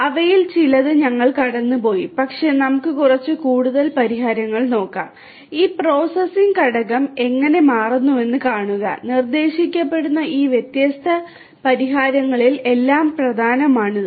അവയിൽ ചിലത് ഞങ്ങൾ കടന്നുപോയി പക്ഷേ നമുക്ക് കുറച്ച് കൂടുതൽ പരിഹാരങ്ങൾ നോക്കാം ഈ പ്രോസസ്സിംഗ് ഘടകം എങ്ങനെ മാറുന്നുവെന്ന് കാണുക നിർദ്ദേശിക്കപ്പെടുന്ന ഈ വ്യത്യസ്ത പരിഹാരങ്ങളിൽ എല്ലാം പ്രധാനമാണ് ഇത്